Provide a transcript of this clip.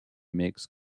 makes